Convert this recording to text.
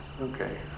Okay